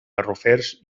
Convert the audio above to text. garrofers